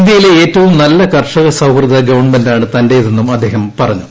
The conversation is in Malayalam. ഇന്ത്യയിലെ ഏറ്റവും നല്ല കർഷക സൌഹൃദ ഗവൺമെന്റാണ് തന്റേതെന്നും അദ്ദേഹം പറഞ്ഞു